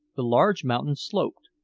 the large mountain sloped,